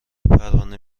پروانه